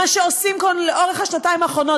מה שעושים כאן לאורך השנתיים האחרונות,